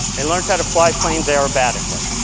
and learned how to fly planes aerobatically.